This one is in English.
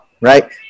right